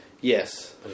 Yes